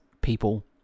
people